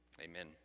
Amen